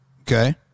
Okay